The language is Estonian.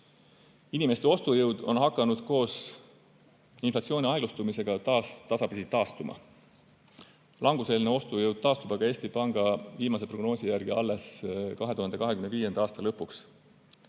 Inimeste ostujõud on hakanud koos inflatsiooni aeglustumisega taas tasapisi taastuma. Languse-eelne ostujõud taastub aga Eesti Panga viimase prognoosi järgi alles 2025. aasta lõpuks.